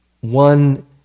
one